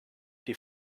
die